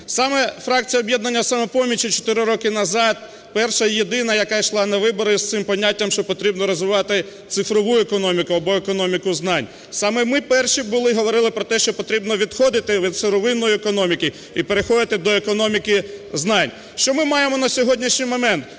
Саме фракція "Об'єднання "Самопоміч" ще чотири роки назад перша і єдина, яка йшла на вибори з цим поняттям, що потрібно розвивати цифрову економіку або економіку знань. Саме ми перші були і говорили про те, що потрібно відходити від сировинної економіки і переходити до економіки знань. Що ми маємо на сьогоднішній момент?